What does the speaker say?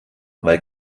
weil